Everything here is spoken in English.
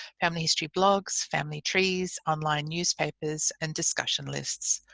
family history blogs, family trees, online newspapers and discussion lists.